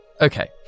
Okay